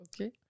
Okay